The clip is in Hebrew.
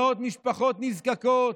מאות משפחות נזקקות,